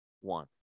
one